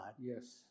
Yes